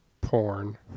porn